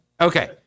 Okay